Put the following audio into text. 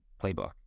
playbook